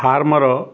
farm ର